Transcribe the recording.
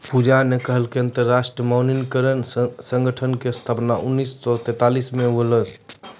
पूजा न कहलकै कि अन्तर्राष्ट्रीय मानकीकरण संगठन रो स्थापना उन्नीस सौ सैंतालीस म होलै